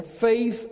faith